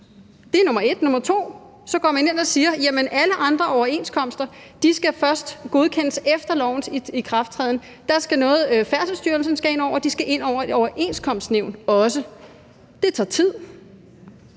særrettigheder. Punkt 2, så går man ind og siger, at alle andre overenskomster først skal godkendes efter lovens ikrafttræden. Færdselsstyrelsen skal ind over, og de skal også ind over et overenskomstnævn. Det tager tid.